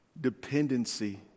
dependency